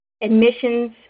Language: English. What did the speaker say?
admissions